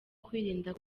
kwirinda